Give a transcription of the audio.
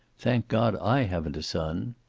thank god i haven't a son.